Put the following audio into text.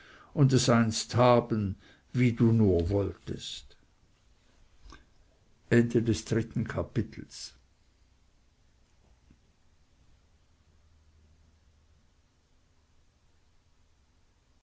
und es einst haben wie du nur wolltest viertes kapitel